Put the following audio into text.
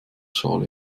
schale